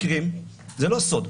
זה לא סוד,